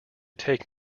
take